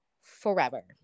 forever